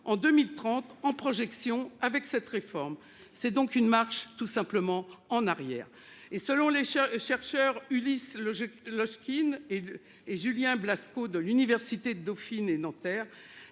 en 2030 en projection avec cette réforme, c'est donc une marche tout simplement en arrière et selon les chefs chercheur Ulysse le jeu le Skins et et Julien Blasco de l'université Dauphine et Nanterre.